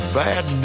bad